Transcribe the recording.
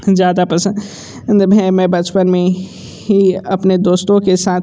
ज़्यादा पसंद मतलब है मैं बचपन में ही अपने दोस्तों के साथ